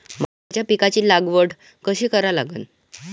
मक्याच्या पिकाची लागवड कशी करा लागन?